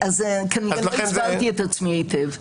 כנראה לא הסברתי את עצמי היטב.